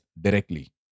directly